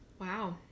Wow